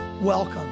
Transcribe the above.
Welcome